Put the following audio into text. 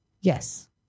Yes